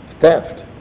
Theft